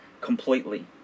completely